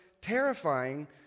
terrifying